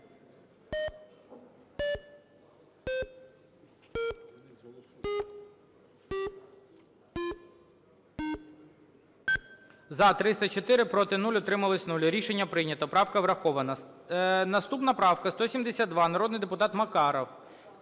За-304 Проти – 0, утримались – 0. Рішення прийнято. Правка врахована. Наступна правка 172, народний депутат Макаров.